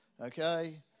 Okay